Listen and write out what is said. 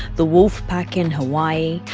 the wolfpak in hawaii,